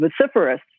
vociferous